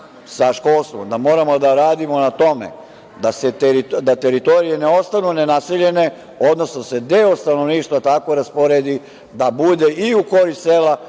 sa školstvom, da moramo da radimo na tome da teritorije ne ostanu nenaseljene, odnosno da se deo stanovništva tako rasporedi da bude i u korist sela